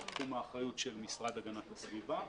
תחום האחריות של המשרד להגנת הסביבה.